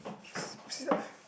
s~ sit up